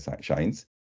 shines